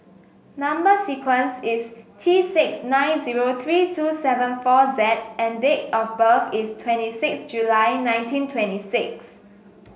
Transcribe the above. number sequence is T six nine zero three two seven four Z and date of birth is twenty six July nineteen twenty six